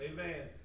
Amen